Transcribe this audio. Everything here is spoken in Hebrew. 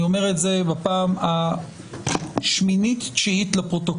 אני אומר את זה בפעם השמינית-תשיעית לפרוטוקול